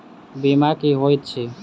बीमा की होइत छी?